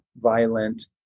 violent